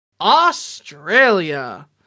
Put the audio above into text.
Australia